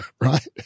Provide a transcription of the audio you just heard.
right